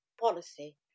policy